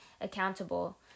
accountable